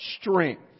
strength